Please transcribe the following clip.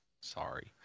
Sorry